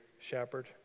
shepherd